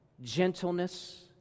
gentleness